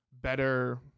better